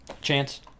Chance